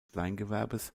kleingewerbes